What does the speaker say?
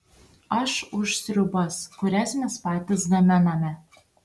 aš už sriubas kurias mes patys gaminame